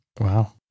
Wow